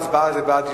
ההצבעה היא: בעד,